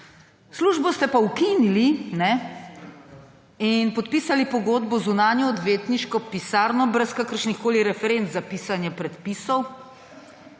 Službo ste pa ukinili in podpisali pogodbo z zunanjo odvetniško pisarno brez kakršnihkoli referenc za pisanje predpisov,